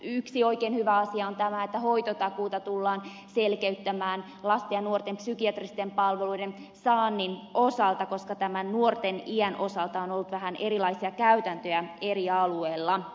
yksi oikein hyvä asia on tämä että hoitotakuuta tullaan selkeyttämään lasten ja nuorten psykiatristen palveluiden saannin osalta koska nuorten iän osalta on ollut vähän erilaisia käytäntöjä eri alueilla